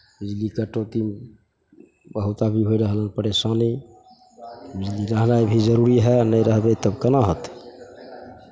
बिजली कटौती बहुत अभी होय रहल परेशानी बिजली रहनाइ भी जरूरी हइ आ नहि रहतै तऽ केना होतै